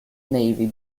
navy